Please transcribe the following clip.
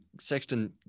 sexton